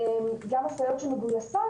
גם הסייעות שמגויסות,